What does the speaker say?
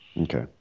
Okay